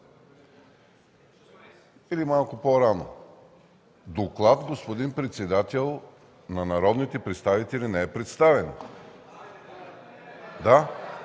Или малко по-рано. Доклад, господин председател, на народните представители не е представен.